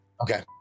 Okay